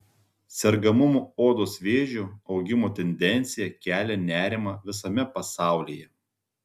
sergamumo odos vėžiu augimo tendencija kelia nerimą visame pasaulyje